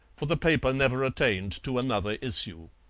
for the paper never attained to another issue.